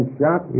shot